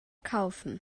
kaufen